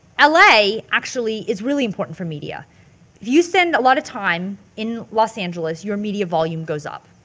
l a. actually is really important for media. if you spend a lot of time in los angeles your media volume goes up.